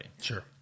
Sure